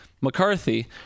McCarthy